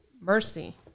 mercy